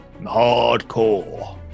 hardcore